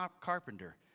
carpenter